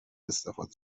استفاده